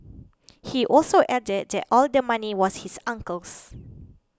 he also added that all the money was his uncle's